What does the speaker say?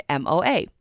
MOA